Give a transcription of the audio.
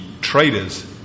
traders